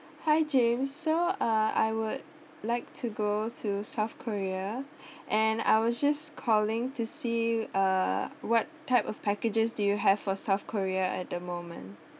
hi james so uh I would like to go to south korea and I was just calling to see uh what type of packages do you have for south korea at the moment